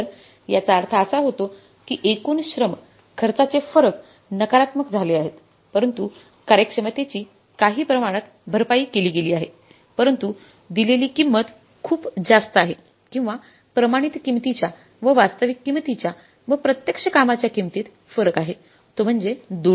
तर याचा अर्थ असा होतो की एकूण श्रम खर्चाचे फरक नकारात्मक झाले आहेत परंतु कार्यक्षमतेची काही प्रमाणात भरपाई केली गेली आहे परंतु दिलेली किंमत खूप जास्त आहे किंवा प्रमाणित किंमतीच्या व वास्तविक किंमतीच्या व प्रत्यक्ष कामाच्या किंमतीत फरक आहे तो म्हणजे 200